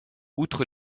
outre